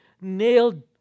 nailed